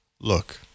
Look